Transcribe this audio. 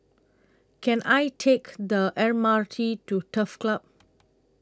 Can I Take The M R T to Turf Club